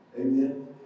Amen